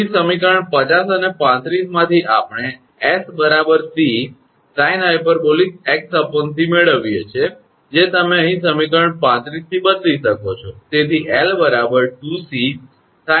તેથી સમીકરણ 50 અને 35 માંથી આપણે 𝑠 𝑐sinh𝑥𝑐 મેળવીએ છે જે તમે અહીં સમીકરણ 35 થી બદલી શકો છો